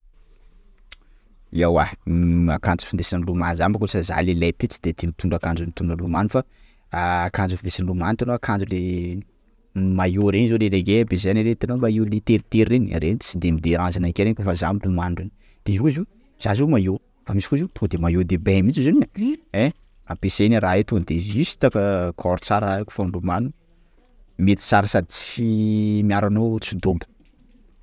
Ewa akanjo findesina milomano zany bôka zay lehilahy ty tsy de tia mitondra akanjo mitondra milomano fa akanjo findesy milomano itanao akanjo le maillot reny zao nenakay ampiasainay, itanao maillot le teritery reny? _x000D_ Reny tsy de mi-derange anakay reny kôfa za milomano reny, de izy koa izy io zany zao maillot! _x000D_ Fa misy koa izy io tonga de maillot de bain mintsy io e ein! _x000D_ Ampiasainay rah io tonga de juste fa- corp tsara raha io kôfa milomano mety tsara sady tsy- miaro anao rah anao tsy dobo.